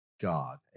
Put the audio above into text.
God